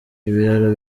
ibiraro